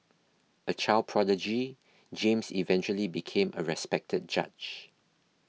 a child prodigy James eventually became a respected judge